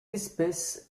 espèce